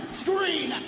screen